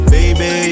Baby